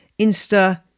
Insta